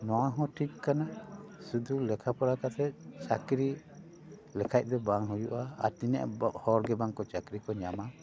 ᱱᱚᱣᱟ ᱦᱚᱸ ᱴᱷᱤᱠ ᱠᱟᱱᱟ ᱥᱩᱫᱩ ᱞᱮᱠᱷᱟ ᱯᱚᱲᱟ ᱠᱟᱛᱮ ᱪᱟᱠᱨᱤ ᱞᱮᱠᱷᱟᱱ ᱫᱚ ᱵᱟᱝ ᱦᱩᱭᱩᱜᱼᱟ ᱟᱨ ᱛᱤᱱᱟᱹᱜ ᱦᱚᱲ ᱜᱮ ᱵᱟᱝ ᱠᱚ ᱪᱟᱠᱨᱤ ᱠᱚ ᱧᱟᱢᱟ